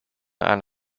and